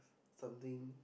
something